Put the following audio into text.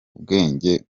ubwenge